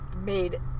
made